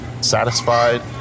satisfied